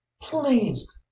please